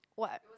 what